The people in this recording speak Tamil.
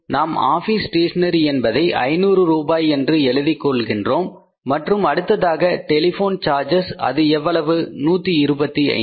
நாம் ஆபீஸ் ஸ்டேஷனரி என்பதை 500 ரூபாய் என்று எழுதிக் கொள்கின்றோம் மற்றும் அடுத்ததாக டெலிபோன் சார்ஜஸ் அது எவ்வளவு 125